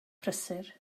prysur